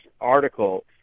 article